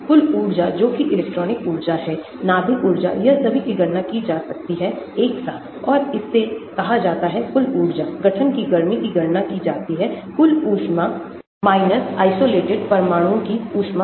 कुल ऊर्जा जो इलेक्ट्रॉनिक ऊर्जा है नाभिक ऊर्जा यह सभी की गणना की जा सकती है एक साथ और इसे कहा जाता है कुल ऊर्जा गठन की गर्मी की गणना की जाती है कुलऊष्मा minus आइसोलेटेड परमाणुओं की ऊष्मा से